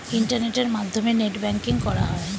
ইন্টারনেটের মাধ্যমে net banking করা হয়